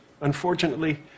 Unfortunately